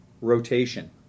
rotation